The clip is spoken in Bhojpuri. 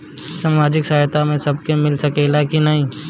सामाजिक सहायता सबके मिल सकेला की नाहीं?